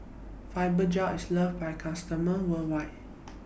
Fibogel IS loved By its customers worldwide